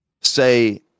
say